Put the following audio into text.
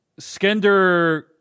Skender